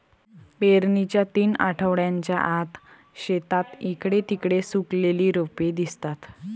पेरणीच्या तीन आठवड्यांच्या आत, शेतात इकडे तिकडे सुकलेली रोपे दिसतात